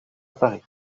paris